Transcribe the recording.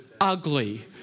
ugly